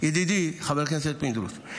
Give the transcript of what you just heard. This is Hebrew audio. ידידי חבר הכנסת פינדרוס,